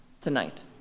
tonight